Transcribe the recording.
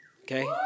okay